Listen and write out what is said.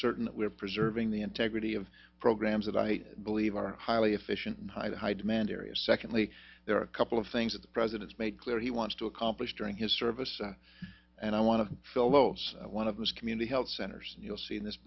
certain that we're preserving the integrity of programs that i believe are highly efficient high the high demand area secondly there are a couple of things that the president's made clear he wants to accomplish during his service and i want to fill most one of those community health centers and you'll see in this